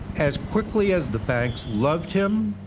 as quickly as the banks loved him,